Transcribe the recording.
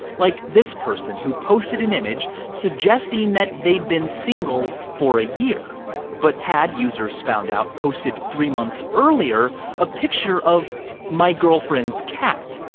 like this person, who posted an image suggesting that they've been single for a year but had users found out posted three months earlier a picture of my girlfriend's cat.